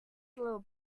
little